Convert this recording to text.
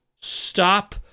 Stop